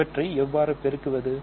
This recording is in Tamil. அவற்றை எவ்வாறு பெருக்குவது